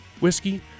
whiskey